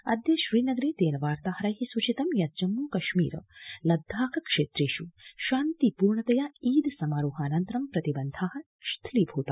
अद्य श्रीनगरे तेन वार्ताहैर सूचितं यत् जम्मू कश्मीर लद्दाख क्षेत्रेषु शान्तिपूर्णतया ईद समारोहानन्तरं प्रतिबन्धा स्थिलिभूता